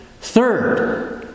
Third